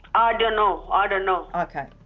i don't know. i don't know. oh okay.